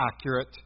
accurate